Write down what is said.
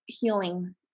healing